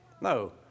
No